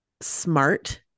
smart